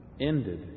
ended